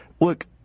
look